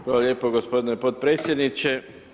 Hvala lijepo gospodine potpredsjedniče.